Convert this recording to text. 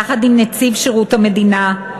יחד עם נציב שירות המדינה,